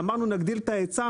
אמרנו אם נגדיל את ההיצע,